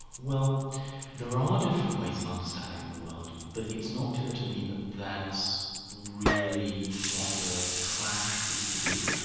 well there are different ways of understanding the world, but it's not clear to me that that's really what the clash is to do with.